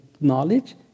knowledge